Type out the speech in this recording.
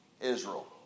Israel